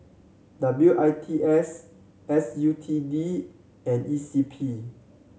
W I T S S U T D and E C P